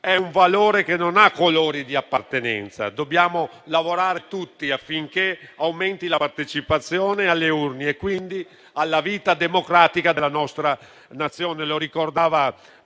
è un valore che non ha colori di appartenenza. Dobbiamo lavorare tutti affinché aumenti la partecipazione alle urne e, quindi, alla vita democratica della nostra Nazione,